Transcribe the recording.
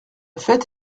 fête